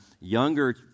younger